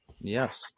yes